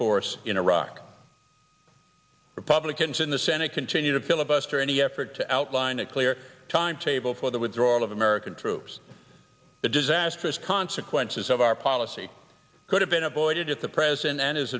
course in iraq republicans in the senate continue to filibuster any effort to outline a clear timetable for the withdrawal of american troops the disastrous consequences of our policy could have been avoided if the president and his